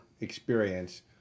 experience